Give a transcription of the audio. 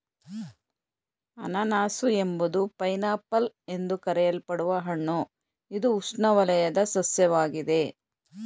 ಅನನಾಸು ಎಂಬುದು pineapple ಎಂದು ಕರೆಯಲ್ಪಡುವ ಹಣ್ಣು ಇದು ಉಷ್ಣವಲಯದ ಸಸ್ಯವಾಗಿದೆ